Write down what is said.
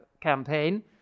campaign